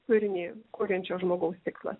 turinį kuriančio žmogaus tikslas